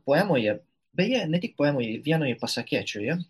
poemoje beje ne tik poemoje vienoje pasakėčioje